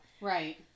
Right